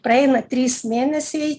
praeina trys mėnesiai